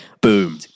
Boom